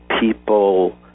people